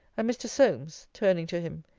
and, mr. solmes, turning to him,